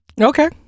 Okay